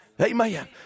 Amen